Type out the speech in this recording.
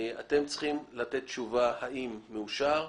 אתם צריכים לתת תשובה אם הוא מאושר,